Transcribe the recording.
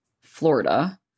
florida